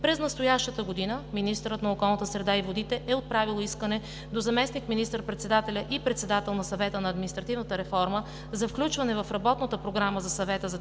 През настоящата година министърът на околната среда и водите е отправил искане до заместник министър-председателя и председател на Съвета на административната реформа за включване в Работната програма на Съвета за 2020